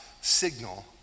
signal